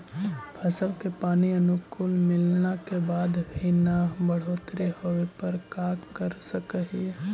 फसल के पानी अनुकुल मिलला के बाद भी न बढ़ोतरी होवे पर का कर सक हिय?